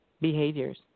behaviors